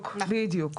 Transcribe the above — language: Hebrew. בדיוק.